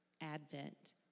Advent